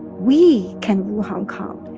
we can rule hong kong.